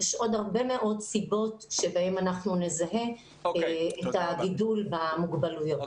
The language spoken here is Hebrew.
יש עוד הרבה מאוד סיבות שבהן אנחנו נזהה את הגידול במוגבלויות.